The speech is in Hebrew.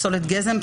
פסולת גזם,